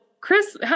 Chris